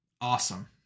Awesome